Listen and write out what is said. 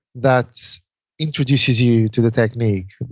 that introduces you to the technique.